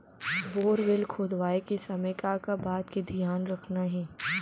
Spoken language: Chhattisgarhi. बोरवेल खोदवाए के समय का का बात के धियान रखना हे?